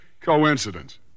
coincidence